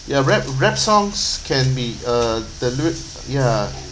ya rap rap songs can be uh dilute ya